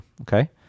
Okay